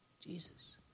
Jesus